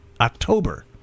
October